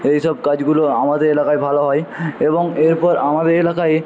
এই সব কাজগুলো আমাদের এলাকায় ভালো হয় এবং এরপর আমাদের এলাকায়